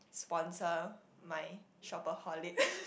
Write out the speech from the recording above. sponsor my shopaholic